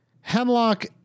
Hemlock